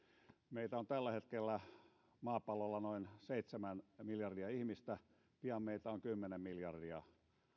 meitä on tällä hetkellä maapallolla noin seitsemän miljardia ihmistä pian meitä on kymmenen miljardia